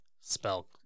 spell